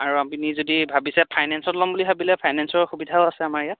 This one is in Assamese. আৰু আপুনি যদি ভাবিছে ফাইনেন্সত ল'ম বুলি ভাবিলে ফাইনেন্সৰ সুবিধাও আছে আমাৰ ইয়াত